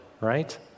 right